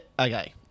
okay